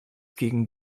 gegen